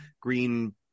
green